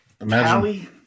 imagine